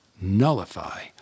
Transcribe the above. nullify